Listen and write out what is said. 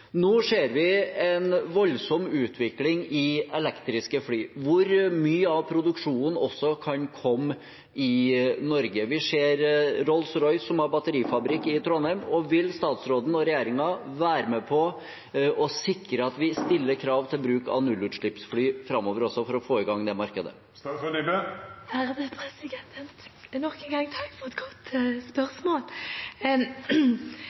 Nå ser vi en voldsom utvikling i elektriske fly, hvor mye av produksjonen også kan komme i Norge. Vi ser at Rolls-Royce, som har batterifabrikk i Trondheim, satser på det. Vil statsråden og regjeringen være med på å sikre at vi stiller krav om bruk av nullutslippsfly framover også for å få i gang det markedet? Nok en gang takk for et godt